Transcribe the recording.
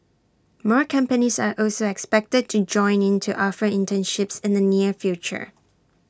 more companies are also expected to join in to offer internships in the near future